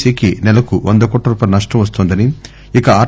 సికి నెలకు వందకోట్ల రూపాయిల నష్టం వస్తోందని ఇక ఆర్